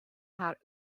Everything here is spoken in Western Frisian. har